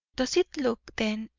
does it look, then,